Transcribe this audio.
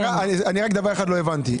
אני רק דבר אחד לא הבנתי,